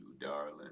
darling